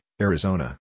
Arizona